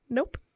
Nope